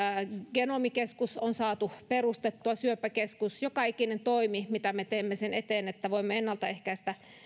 genomikeskus on saatu perustettua syöpäkeskus joka ikinen toimi mitä me teemme sen eteen että voimme